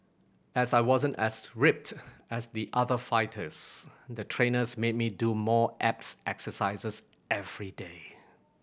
as I wasn't as ripped as the other fighters the trainers made me do more abs exercises everyday